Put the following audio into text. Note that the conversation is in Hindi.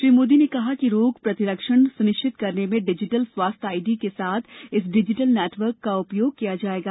श्री मोदी ने कहा कि रोग प्रतिरक्षण सुनिश्चित करने में डिजिटल स्वास्थ्य आईडी के साथ इस डिजिटल नेटवर्क का उपयोग किया जाएगा